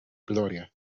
gloria